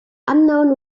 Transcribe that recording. unknown